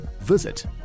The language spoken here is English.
visit